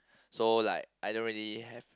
so like I don't really have